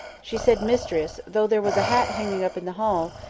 she said mistress, though there was a hat hanging up in the hall,